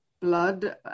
blood